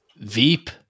Veep